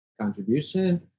contribution